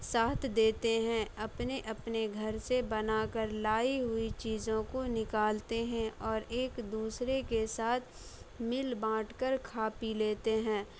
ساتھ دیتے ہیں اپنے اپنے گھر سے بنا کر لائی ہوئی چیزوں کو نکالتے ہیں اور ایک دوسرے کے ساتھ مل بانٹ کر کھا پی لیتے ہیں